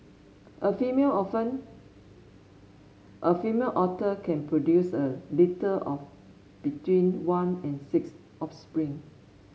a female often a female otter can produce a litter of between one and six offspring